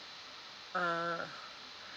ah